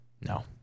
No